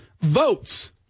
votes